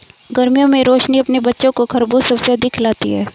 गर्मियों में रोशनी अपने बच्चों को खरबूज सबसे अधिक खिलाती हैं